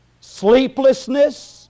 sleeplessness